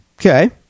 Okay